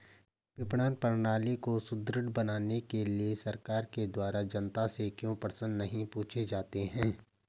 विपणन प्रणाली को सुदृढ़ बनाने के लिए सरकार के द्वारा जनता से क्यों प्रश्न नहीं पूछे जाते हैं?